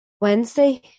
Wednesday